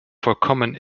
vollkommen